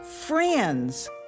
friends